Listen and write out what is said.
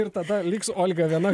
ir tada liks olga viena